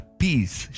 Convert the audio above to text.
peace